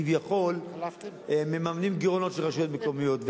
כביכול, מממנים גירעונות של רשויות מקומיות.